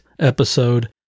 episode